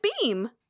Beam